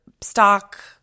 stock